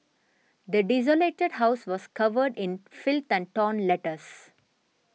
the desolated house was covered in filth and torn letters